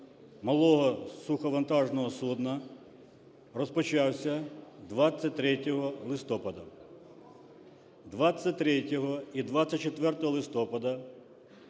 малого суховантажного судна розпочався 23 листопада. 23 і 24 листопада